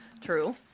true